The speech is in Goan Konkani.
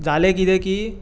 जालें कितें की